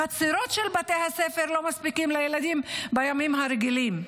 החצרות של בתי הספר לא מספיקות לילדים בימים הרגילים.